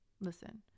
Listen